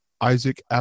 Isaac